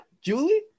julie